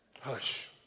Hush